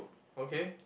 okay